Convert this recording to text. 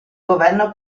governo